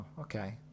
okay